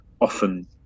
often